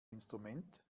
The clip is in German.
instrument